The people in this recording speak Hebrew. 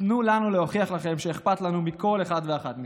תנו לנו להוכיח לכם שאכפת לנו מכל אחד ואחת מכם.